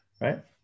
right